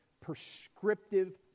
prescriptive